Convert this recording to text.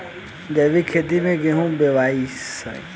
जैविक खेती से गेहूँ बोवाई